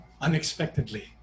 unexpectedly